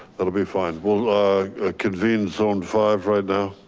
that'll be fine. we'll ah ah convene zone five right now